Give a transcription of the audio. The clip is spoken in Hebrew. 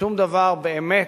שום דבר באמת,